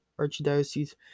archdioceses